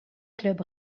club